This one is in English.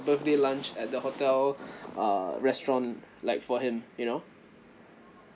birthday lunch at the hotel uh restaurant like for him you know